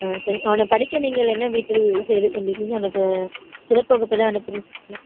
ஆ சரி அவனை படிக்க நீங்கள் என்ன வீட்டில் செய்து கொண்டு இருக்கீங்க அவனுக்கு சிறப்பு வகுப்பு எதாது அனுப்பியிருக்கிங்களா